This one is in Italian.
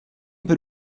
per